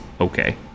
okay